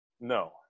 No